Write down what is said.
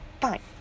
fine